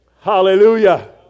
Hallelujah